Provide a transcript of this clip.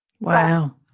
wow